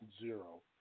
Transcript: zero